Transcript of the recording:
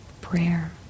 prayer